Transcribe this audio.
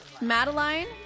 Madeline